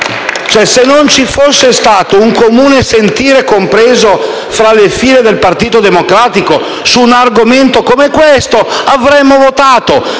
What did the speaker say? Se non ci fosse stato un comune sentire, compreso tra le file del Partito Democratico, su un argomento come questo, avremmo votato.